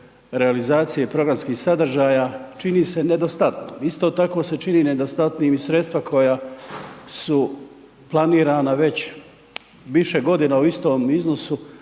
realizacije programskih sadržaja čini se nedostatnom. Isto tako se čini nedostatnim i sredstva koja su planirana već više godina u istom iznosu